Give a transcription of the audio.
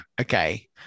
okay